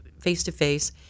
face-to-face